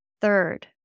third